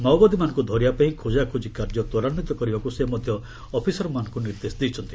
ମାଓବାଦୀମାନଙ୍କୁ ଧରିବାପାଇଁ ଖୋଜାଖୋଜି କାର୍ଯ୍ୟ ତ୍ୱରାନ୍ୱିତ କରିବାକୁ ସେ ମଧ୍ୟ ଅଫିସରମାନଙ୍କୁ ନିର୍ଦ୍ଦେଶ ଦେଇଛନ୍ତି